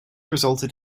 resulted